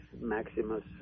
Maximus